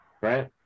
right